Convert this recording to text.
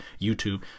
YouTube